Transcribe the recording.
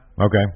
Okay